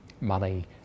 money